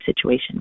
situation